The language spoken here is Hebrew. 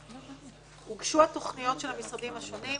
הוגשו התכניות של המשרדים השונים,